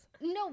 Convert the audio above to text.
no